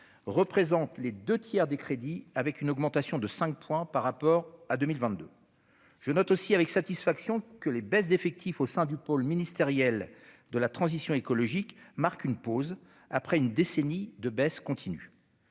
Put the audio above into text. représentent les deux tiers des crédits, en progression de 5 % par rapport à 2022. Je note avec satisfaction que les baisses d'effectifs au sein du pôle ministériel de la transition écologique marquent une pause, après une décennie de diminution continue.